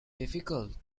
difficult